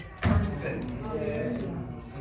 person